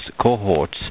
cohorts